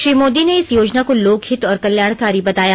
श्री मोदी ने इस योजना को लोक हित और कल्याणकारी बताया